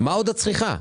מה עוד את צריכה?